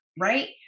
right